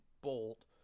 bolt